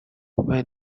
where